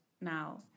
now